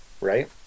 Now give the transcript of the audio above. right